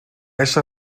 esa